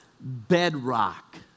bedrock